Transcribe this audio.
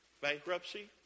Bankruptcy